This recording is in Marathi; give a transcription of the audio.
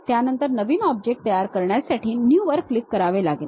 त्यानंतर नवीन ऑब्जेक्ट तयार करण्यासाठी New वर क्लिक करावे लागेल